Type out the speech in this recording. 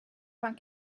vingt